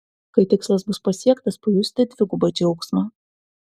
kai tikslas bus pasiektas pajusite dvigubą džiaugsmą